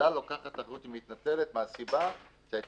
אלא לוקחת אחריות ומתנצלת מהסיבה שהיה